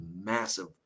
massive